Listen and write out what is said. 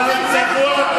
אתם נגד כל העולם.